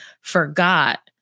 forgot